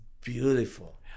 beautiful